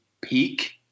peak